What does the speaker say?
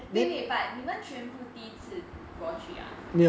wait wait but 你们全部第一次过去 ah